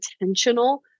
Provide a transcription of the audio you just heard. intentional